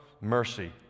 mercy